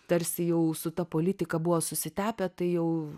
tarsi jau su ta politika buvo susitepę tai jau